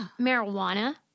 marijuana